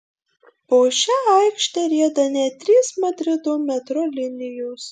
po šia aikšte rieda net trys madrido metro linijos